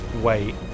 wait